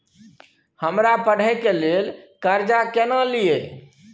हमरा पढ़े के लेल कर्जा केना लिए?